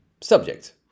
subject